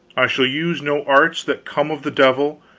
i shall use no arts that come of the devil,